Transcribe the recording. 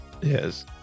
Yes